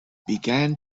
began